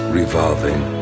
revolving